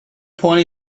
point